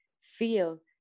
Feel